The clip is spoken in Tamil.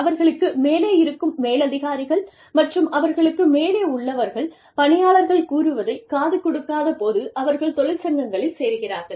அவர்களுக்கு மேலே இருக்கும் மேலதிகாரிகள் மற்றும் அவர்களுக்கு மேலே உள்ளவர்கள் பணியாளர்கள் கூறுவதை காது கொடுக்காத போது அவர்கள் தொழிற்சங்கங்களில் சேருகிறார்கள்